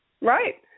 right